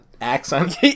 accent